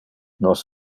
nos